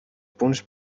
punts